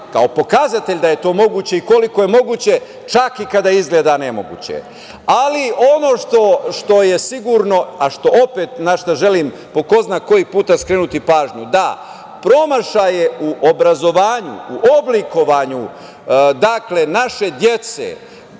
kao pokazatelj da je to moguće i koliko je moguće čak i kada izgleda nemoguće. Ali, ono što je sigurno a na šta želim, po ko zna koji put, skrenuti pažnju, da promašaje u obrazovanju, u oblikovanju naše dece